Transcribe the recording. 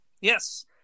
Yes